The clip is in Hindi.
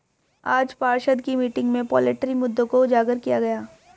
आज पार्षद की मीटिंग में पोल्ट्री मुद्दों को उजागर किया गया